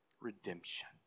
redemption